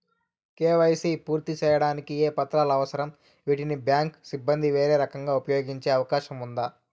KYC పూర్తి సేయడానికి ఏ పత్రాలు అవసరం, వీటిని బ్యాంకు సిబ్బంది వేరే రకంగా ఉపయోగించే అవకాశం ఉందా?